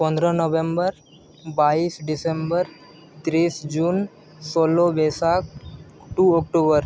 ᱯᱚᱸᱫᱽᱨᱚ ᱱᱚᱵᱷᱮᱢᱵᱚᱨ ᱵᱟᱭᱤᱥ ᱰᱤᱥᱮᱢᱵᱚᱨ ᱛᱤᱨᱤᱥ ᱡᱩᱱ ᱥᱳᱞᱳ ᱵᱳᱭᱥᱟᱠᱷ ᱴᱩ ᱚᱠᱴᱳᱵᱚᱨ